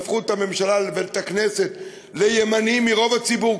הפכו את הממשלה ואת הכנסת לימניים מרוב הציבור,